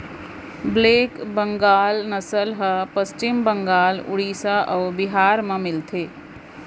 black Bengal नसल ह पस्चिम बंगाल, उड़ीसा अउ बिहार म मिलथे